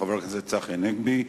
חבר הכנסת צחי הנגבי.